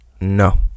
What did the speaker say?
no